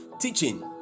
teaching